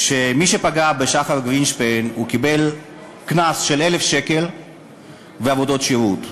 מי שפגע בשחר גרינשפן קיבל קנס של 1,000 שקל ועבודות שירות.